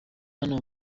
hano